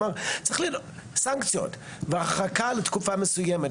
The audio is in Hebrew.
כלומר צריך סנקציות והרחקה לתקופה מסוימת.